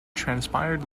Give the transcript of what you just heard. transpired